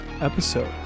episode